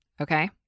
Okay